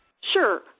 Sure